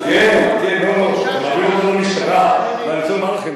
עזוב את החיילים האלה,